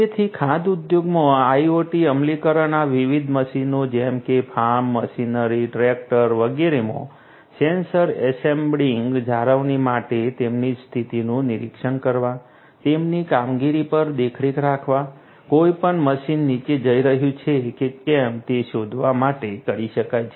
તેથી ખાદ્ય ઉદ્યોગમાં IoT અમલીકરણ આ વિવિધ મશીનો જેમ કે ફાર્મ મશીનરી ટ્રેક્ટર વગેરેમાં સેન્સર એમ્બેડિંગ જાળવણી માટે તેમની સ્થિતિનું નિરીક્ષણ કરવા તેમની કામગીરી પર દેખરેખ રાખવા કોઈપણ મશીન નીચે જઈ રહ્યું છે કે કેમ તે શોધવા માટે કરી શકાય છે